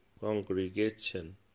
congregation